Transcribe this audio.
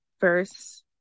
verse